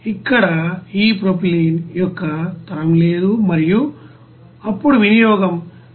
ఇక్కడ ఈ ప్రొపైలిన్ యొక్క తరం లేదు మరియు అప్పుడు వినియోగం 184